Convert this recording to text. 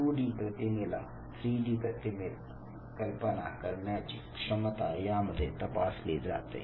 2 D प्रतिमेला 3 D प्रतिमेत कल्पना करण्याची क्षमता यामध्ये तपासली जाते